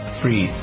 free